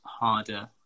harder